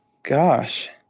gosh.